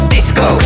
Disco